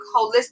Holistic